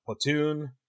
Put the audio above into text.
platoon